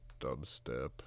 dubstep